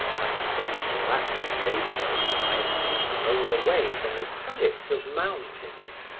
like some black vapours that i have seen roll away from the summits of mountains,